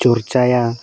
ᱪᱚᱨᱪᱟᱭᱟ